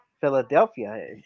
Philadelphia